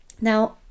Now